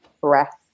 breath